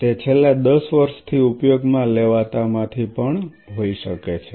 તે છેલ્લા 10 વર્ષથી ઉપયોગમાં લેવાતા માંથી પણ એક હોઈ શકે છે